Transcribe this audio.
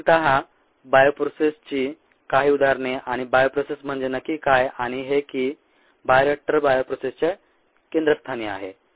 मूलतः बायोप्रोसेसेसची काही उदाहरणे आणि बायोप्रोसेस म्हणजे नक्की काय आणि हे की बायोरिएक्टर बायोप्रोसेसच्या केंद्रस्थानी आहे